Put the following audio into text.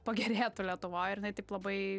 pagerėtų lietuvoj ir jinai taip labai